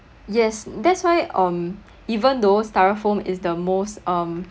yes that's why um even though styrofoam is the most um